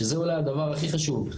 שזה אולי הדבר הכי חשוב.